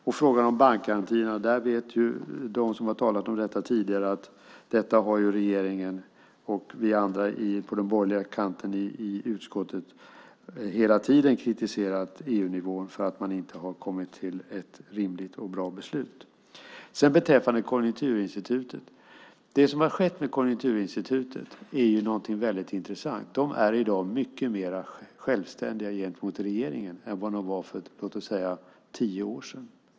När det gäller bankgarantierna vet de som har talat om detta tidigare att regeringen och vi andra på den borgerliga kanten i utskottet hela tiden har kritiserat EU-nivån för att man inte har kommit fram till ett rimligt och bra beslut. Det som skett med Konjunkturinstitutet är mycket intressant. Man är i dag mycket mer självständig gentemot regeringen än vad man var för låt oss säga tio år sedan.